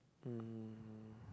um